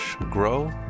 grow